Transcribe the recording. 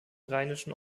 rheinischen